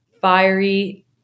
fiery